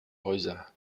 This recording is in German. häuser